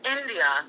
India